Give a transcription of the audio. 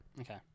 Okay